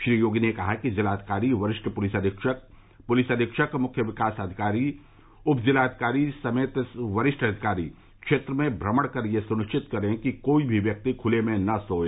श्री योगी ने कहा कि जिलाधिकारी वरिष्ठ पुलिस अधीक्षक पुलिस अधीक्षक मुख्य विकास अधिकारी उपजिलाधिकारी समेत वरिष्ठ अधिकारी क्षेत्र में भ्रमण कर यह सुनिश्चित करें कि कोई भी व्यक्ति खुले में न सोए